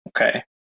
Okay